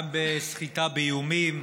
גם בסחיטה באיומים,